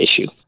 issue